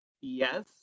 Yes